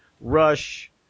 Rush